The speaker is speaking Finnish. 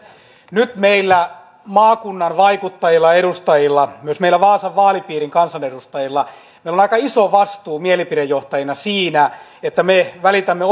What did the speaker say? nyt meillä maakunnan vaikuttajilla edustajilla myös meillä vaasan vaalipiirin kansanedustajilla on aika iso vastuu mielipidejohtajina siinä että me välitämme